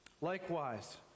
Likewise